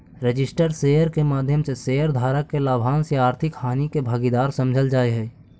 registered share के माध्यम से शेयर धारक के लाभांश या आर्थिक हानि के भागीदार समझल जा हइ